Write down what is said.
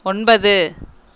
ஒன்பது